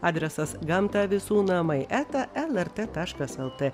adresas gamta visų namai eta lrt taškas lt